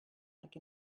like